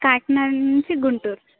కాకినాడ నుంచి గుంటూరు